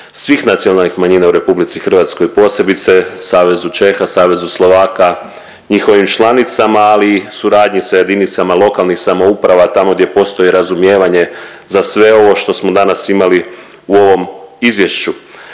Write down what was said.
svih nacionalnih manjina u RH, posebice Savezu Čeha, Savezu Slovaka njihovim članicama, ali i suradnji sa jedinicama lokalnih samouprava tamo gdje postoji razumijevanje za sve ovo što smo danas imali u ovom izvješću.